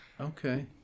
okay